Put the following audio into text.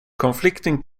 conflicting